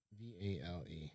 V-A-L-E